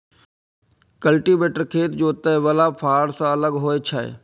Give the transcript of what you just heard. cultivator खेत जोतय बला फाड़ सं अलग होइ छै